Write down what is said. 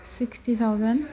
sixty thousand